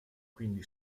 quindi